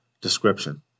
description